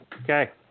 Okay